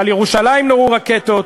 על ירושלים נורו רקטות.